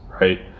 right